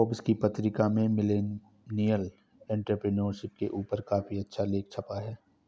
Forbes की पत्रिका में मिलेनियल एंटेरप्रेन्योरशिप के ऊपर काफी अच्छा लेख छपा है